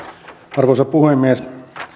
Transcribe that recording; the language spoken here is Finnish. arvoisa puhemies